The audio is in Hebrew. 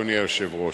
אדוני היושב-ראש.